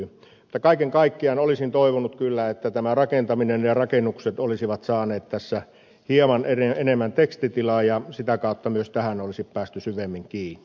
mutta kaiken kaikkiaan olisin toivonut kyllä että tämä rakentaminen ja rakennukset olisivat saaneet tässä hieman enemmän tekstitilaa ja sitä kautta myös tähän olisi päästy syvemmin kiinni